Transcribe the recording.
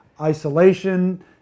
isolation